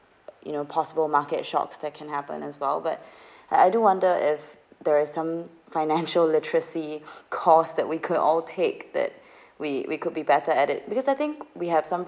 you know possible market shocks that can happen as well but I I do wonder if there are some financial literacy course that we could all take that we we could be better at it because I think we have some